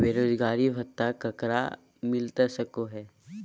बेरोजगारी भत्ता ककरा मिलता सको है?